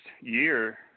year